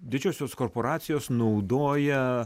didžiosios korporacijos naudoja